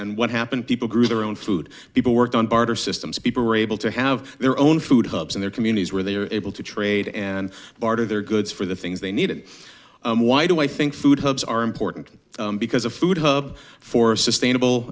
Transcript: and what happened people grew their own food people worked on barter systems people were able to have their own food hubs in their communities where they were able to trade and barter their goods for the things they needed why do i think food hubs are important because a food hub for sustainable